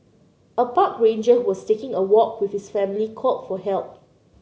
a park ranger who was taking a walk with his family called for help